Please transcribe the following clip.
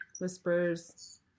whispers